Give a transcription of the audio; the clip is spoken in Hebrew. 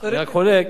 אני רק חולק,